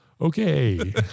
Okay